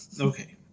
Okay